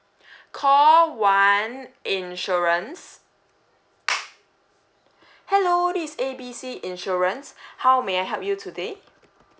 call one insurance hello this is A B C insurance how may I help you today